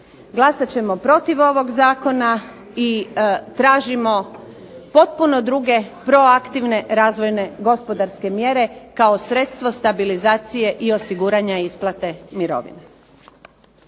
Glasat ćemo protiv ovog Zakona i tražimo potpuno druge proaktivne razvojne gospodarske mjere kao sredstvo stabilizacije i osiguranja isplate mirovina.